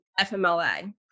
FMLA